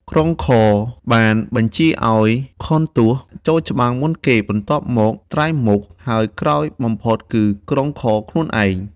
ក្រុងខរ បានបញ្ជាឱ្យ ខុនទសណ៍ ចូលច្បាំងមុនគេបន្ទាប់មក ត្រីមុខ ហើយក្រោយបំផុត គឺក្រុងខរខ្លួនឯង។